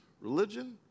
religion